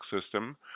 system